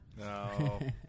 No